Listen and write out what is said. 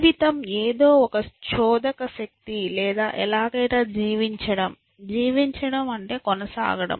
జీవితం ఏదో ఒక చోదక శక్తి లేదా ఎలాగైనా జీవించడం జీవించడం అంటే కొనసాగడం